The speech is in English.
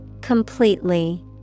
Completely